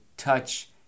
touch